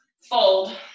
fold